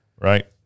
Right